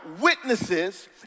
witnesses